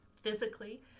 physically